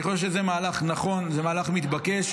אני חושב שזה מהלך נכון, זה מהלך מתבקש.